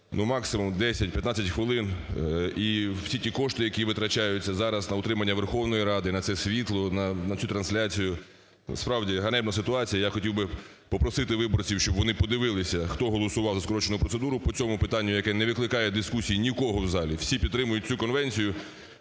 максимум 10-15 хвилин. І всі ті кошти, які витрачаються зараз на утримання Верховної Ради, на це світло, на цю трансляцію, справді ганебна ситуація. Я хотів би попросити виборців, щоб вони подивилися, хто голосував за скорочену процедуру по цьому питанню, яке не викликає дискусій ні у кого в залі. Всі підтримують цю конвенцію.